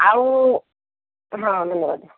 ଆଉ ହଁ ଧନ୍ୟବାଦ